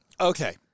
Okay